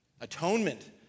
Atonement